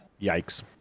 Yikes